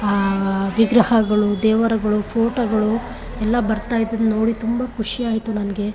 ಆ ವಿಗ್ರಹಗಳು ದೇವರುಗಳು ಫೋಟೋಗಳು ಎಲ್ಲ ಬರ್ತಾ ಇದ್ದಿದ್ದು ನೋಡಿ ತುಂಬ ಖುಷಿಯಾಯಿತು ನನಗೆ